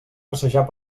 passejar